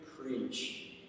preach